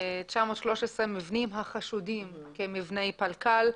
מבנים החשודים כמבני פלקל.